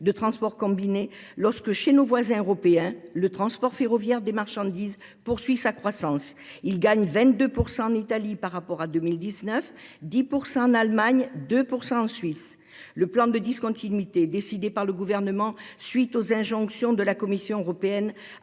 de transports combinés lorsque chez nos voisins européens le transport ferroviaire des marchandises poursuit sa croissance. Il gagne 22 % en Italie par rapport à 2019, 10 % en Allemagne, 2 % en Suisse. Le plan de discontinuité décidé par le gouvernement suite aux injonctions de la Commission européenne